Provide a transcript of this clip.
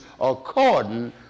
according